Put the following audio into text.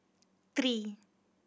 three